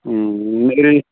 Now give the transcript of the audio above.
ओरै